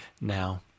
now